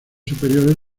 superiores